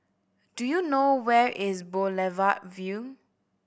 do you know where is Boulevard Vue